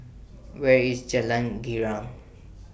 Where IS Jalan Girang